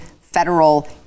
federal